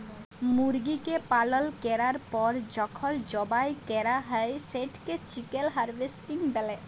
মুরগিকে পালল ক্যরার পর যখল জবাই ক্যরা হ্যয় সেটকে চিকেল হার্ভেস্টিং ব্যলে